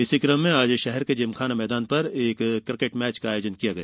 इसी कम में आज शहर के जिमखाना मैदान पर क्रिकेट मैच आयोजित किया गया